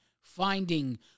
Finding